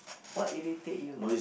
what irritate you